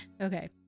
Okay